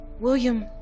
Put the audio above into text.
William